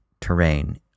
terrain